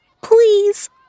Please